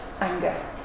anger